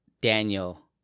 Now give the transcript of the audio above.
Daniel